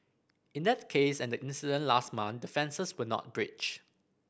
in that case and the incident last month the fences were not breached